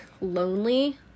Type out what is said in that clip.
lonely